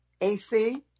AC